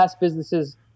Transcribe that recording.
businesses